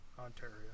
Ontario